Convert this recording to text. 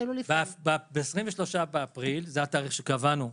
מתחילים לפעול ב-23 באפריל, זה התאריך שקבענו,